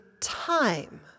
time